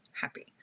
happy